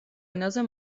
ენაზე